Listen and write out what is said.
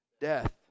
death